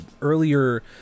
Earlier